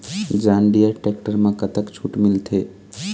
John Deere tractor म कतक छूट मिलथे?